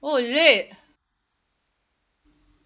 oh is it